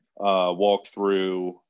walkthrough